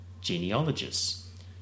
genealogists